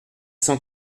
cent